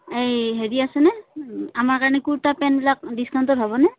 এই হেৰি আছেনে আমাৰ কাৰণে কুৰ্তা পেণ্টবিলাক ডিচকাউণ্টত হ'বনে